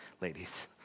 ladies